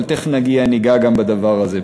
אבל תכף ניגע גם בדבר הזה.